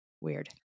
weird